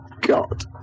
God